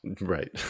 Right